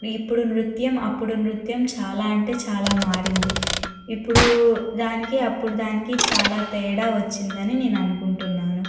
ఇప్పుడు నృత్యం అప్పుడు నృత్యం చాలా అంటే చాలా మారింది ఇప్పుడు దానికి అప్పుడు దానికి చాలా తేడా వచ్చింది అని నేను అనుకుంటున్నాను